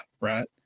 Right